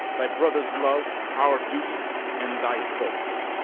thy brother's love, our duty, and thy faults,